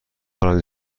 هلندی